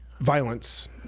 violence